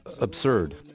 absurd